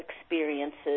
experiences